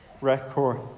record